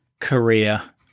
Korea